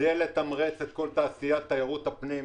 כדי לתמרץ את כל תעשיית תיירות הפנים.